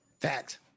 Fact